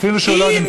אפילו שהוא לא נמצא.